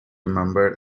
remembered